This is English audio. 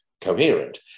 coherent